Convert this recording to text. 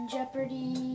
Jeopardy